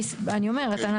אני אומרת,